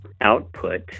output